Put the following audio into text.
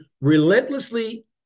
relentlessly